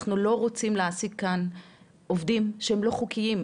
אנחנו לא רוצים להעסיק כאן עובדים שהם לא חוקיים.